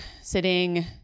sitting